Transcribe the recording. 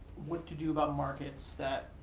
what to do about markets that,